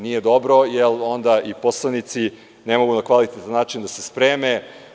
Nije dobro jer onda ni poslanici ne mogu na kvalitetan način da se spreme.